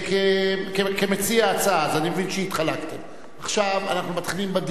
כמציע הצעה, אז אני מבין שהתחלקתם.